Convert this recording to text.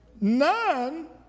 None